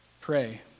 pray